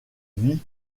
vit